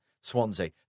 Swansea